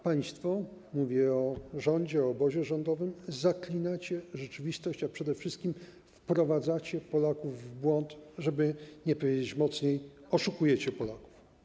Państwo - mówię o rządzie, o obozie rządowym - zaklinacie rzeczywistość, a przede wszystkim wprowadzacie Polaków w błąd, żeby nie powiedzieć mocniej: oszukujecie Polaków.